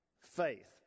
faith